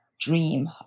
dream